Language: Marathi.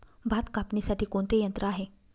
भात कापणीसाठी कोणते यंत्र आहे?